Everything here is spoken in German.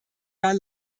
gar